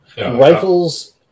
Rifles